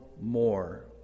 more